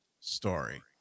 story